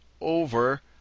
over